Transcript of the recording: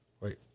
Wait